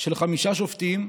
של חמישה שופטים,